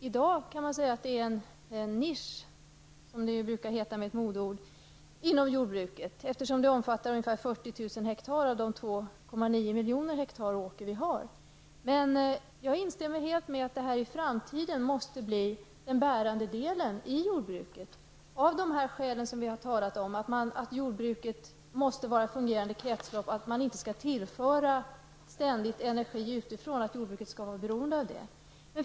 I dag kan man säga att det är en nisch, som det brukar heta med ett modeord, inom jordbruket, eftersom det omfattar ungefär 40 000 hektar av de 2,9 miljoner hektar åker som finns. Jag håller helt med om att detta i framtiden måste bli den bärande delen i jordbruket av de skäl som vi har talat om. Jordbruket måste ha ett fungerande kretslopp. Man skall inte ständigt behöva tillföra energi utifrån och göra jordbruket beroende av detta.